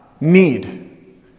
need